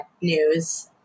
news